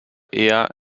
eher